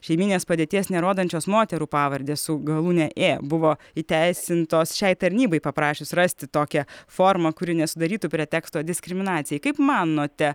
šeiminės padėties nerodančios moterų pavardės su galūne ė buvo įteisintos šiai tarnybai paprašius rasti tokią formą kuri nesudarytų preteksto diskriminacijai kaip manote